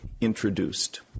introduced